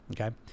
okay